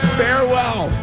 farewell